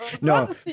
No